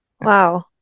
wow